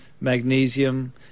magnesium